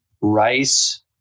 rice